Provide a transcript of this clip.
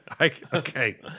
okay